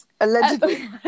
Allegedly